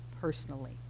personally